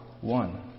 one